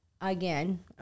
again